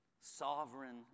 Sovereign